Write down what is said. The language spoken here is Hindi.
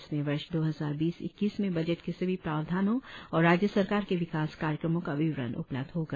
इसमें वर्ष दो हजार बीस इक्कीस में बजट के सभी प्रावधानों और राज्य सरकार के विकास कार्यक्रमों का विवरन उपलब्ध होगा